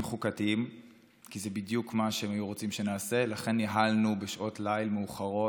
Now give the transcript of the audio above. לחוקי-יסוד וחלק אחר של הצעת החוק עוסק